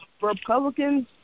Republicans